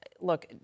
look